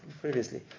previously